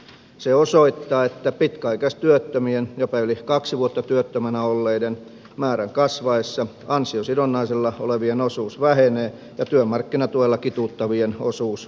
se osoittaa että pitkäaikaistyöttömien jopa yli kaksi vuotta työttömänä olleiden määrän kasvaessa ansiosidonnaisella olevien osuus vähenee ja työmarkkinatuella kituuttavien osuus kasvaa